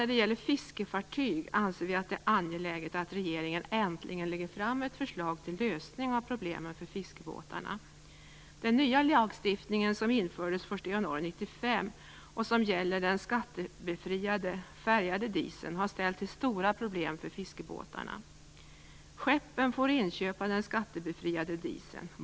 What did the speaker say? När det gäller fiskefartyg anser vi att det är angeläget att regeringen äntligen lägger fram ett förslag till lösning av problemen för fiskebåtarna. Den nya lagstiftningen, som infördes den 1 januari 1995 och som gäller den skattebefriade färgade dieseln, har ställt till stora problem för fiskebåtarna. Skeppen får inköpa den skattebefriade dieseln.